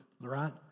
right